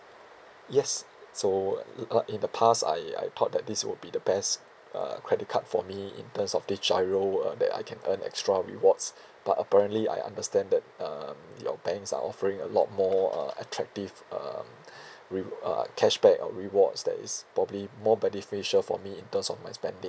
yes so uh in the past I I thought that this would be the best uh credit card for me in terms of the GIRO uh that I can earn extra rewards but apparently I understand that um your banks are offering a lot more uh attractive um re~ uh cashback or rewards that is probably more beneficial for me in terms of my spending